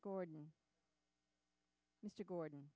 gordon gordon